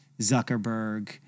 zuckerberg